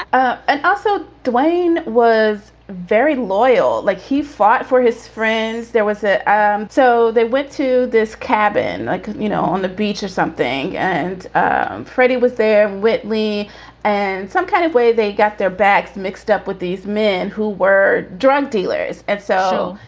ah ah and also, dwayne was very loyal. like, he fought for his friends. there was. ah ah um so they went to this cabin, like you know, on the beach or something. and and freddie was there. witley and some kind of way, they got their bags mixed up with these men who were drug dealers. and so,